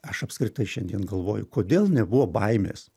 aš apskritai šiandien galvoju kodėl nebuvo baimės